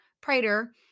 Prater